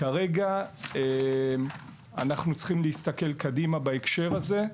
כרגע אנחנו צריכים להסתכל קדימה, בהקשר הזה,